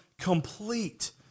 complete